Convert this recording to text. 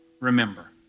remember